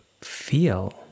feel